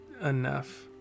enough